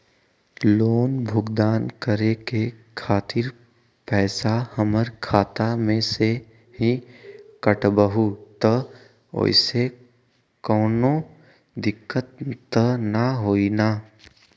Loan भुगतान करे के खातिर पैसा हमर खाता में से ही काटबहु त ओसे कौनो दिक्कत त न होई न?